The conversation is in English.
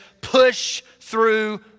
push-through